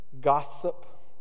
gossip